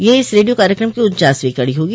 यह इस रेडियो कार्यक्रम की उन्चासवीं कड़ी होगी